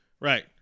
Right